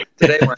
today